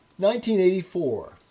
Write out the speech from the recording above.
1984